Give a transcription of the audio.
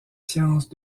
sciences